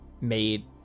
made